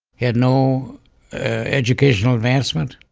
he had no educational advancement.